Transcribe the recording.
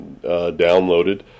downloaded